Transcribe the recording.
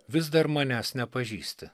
vis dar manęs nepažįsti